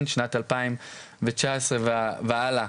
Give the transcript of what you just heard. שנת 2019 והלאה,